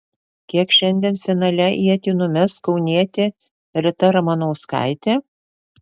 kiek šiandien finale ietį numes kaunietė rita ramanauskaitė